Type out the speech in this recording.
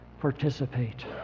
participate